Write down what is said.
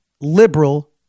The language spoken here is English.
liberal